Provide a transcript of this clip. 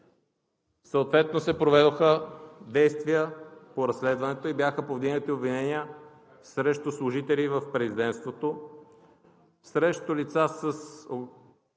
Съответно се проведоха действия по разследването и бяха повдигнати обвинения срещу служители в президентството, срещу лица със